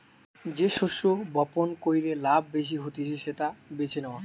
যে শস্য বপণ কইরে লাভ বেশি হতিছে সেটা বেছে নেওয়া